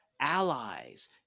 allies